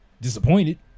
Disappointed